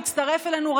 הצטרף אלינו,